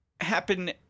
happen